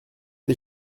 des